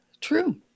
True